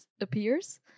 appears